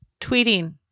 tweeting